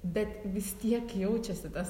bet vis tiek jaučiasi tas